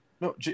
No